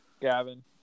Gavin